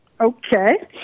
okay